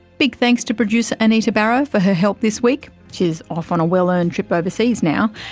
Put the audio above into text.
big thanks to producer anita barraud for her help this week. she's off on a well-earned trip overseas now.